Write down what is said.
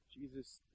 Jesus